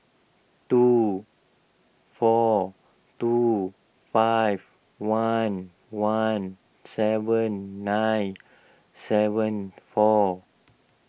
two four two five one one seven nine seven four